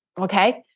okay